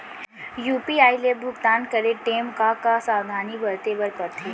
UPI ले भुगतान करे टेम का का सावधानी बरते बर परथे